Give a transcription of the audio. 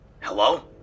Hello